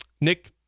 Nick